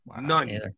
None